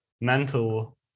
mental